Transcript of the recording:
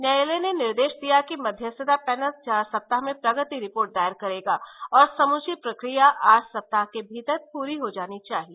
न्यायालय ने निर्देश दिया कि मध्यस्थता पैनल चार सप्ताह में प्रगति रिपोर्ट दायर करेगा और समूची प्रक्रिया आठ सप्ताह के भीतर पूरी हो जानी चाहिए